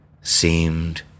seemed